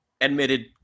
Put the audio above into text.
admitted